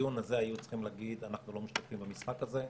בדיון הזה היו צריכים להגיד אנחנו לא משתתפים בדיון הזה.